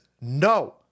no